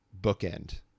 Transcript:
bookend